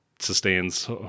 Sustains